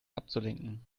abzulenken